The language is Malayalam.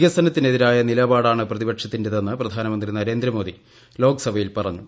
വികസനത്തിന് എതിരായ നിലപാടാണ് പ്രതിപക്ഷത്തിന്റേതെന്ന് പ്രധാനമന്ത്രി നരേന്ദ്രമോദി ലോക്സഭയിൽ പറഞ്ഞു